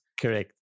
Correct